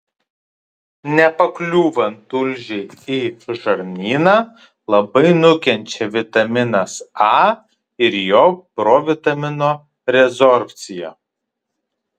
nepakliūvant tulžiai į žarnyną labai nukenčia vitaminas a ir jo provitamino rezorbcija